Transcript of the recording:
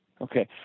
Okay